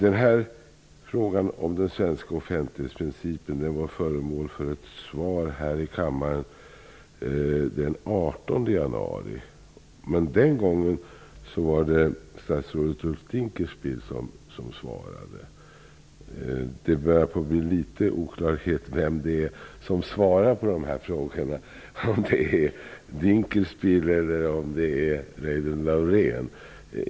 En fråga om den svenska offentlighetsprincipen var föremål för ett svar här i kammaren också den 18 januari, men den gången var det statsrådet Ulf Dinkelspiel som svarade. Det börjar bli litet oklarhet om vem som har ansvar för dessa frågor, Ulf Dinkelspiel eller Reidunn Laurén.